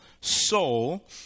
Soul